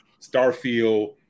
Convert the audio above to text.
Starfield